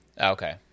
Okay